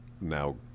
now